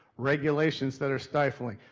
regulations that are stifling.